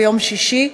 ביום שישי,